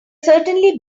certainly